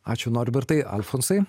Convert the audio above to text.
ačiū norbertai alfonsai